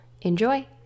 enjoy